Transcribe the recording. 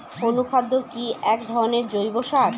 অনুখাদ্য কি এক ধরনের জৈব সার?